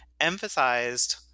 emphasized